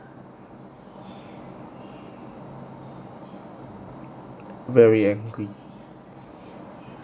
very angry